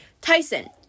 tyson